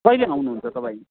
कहिले आउनुहुन्छ तपाईँ